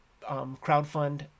crowdfund